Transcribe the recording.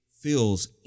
feels